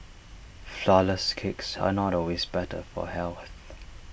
Flourless Cakes are not always better for health